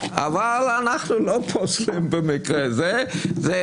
אבל אנחנו לא פוסלים במקרה זה.